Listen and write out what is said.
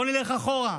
בואו נלך אחורה.